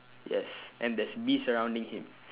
yes and there's bees surrounding him